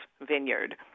Vineyard